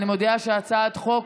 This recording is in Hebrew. אני מודיעה שגם הצעת החוק